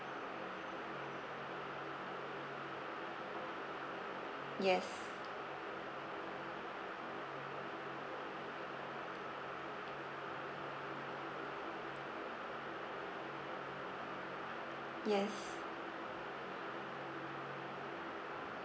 yes yes